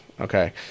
Okay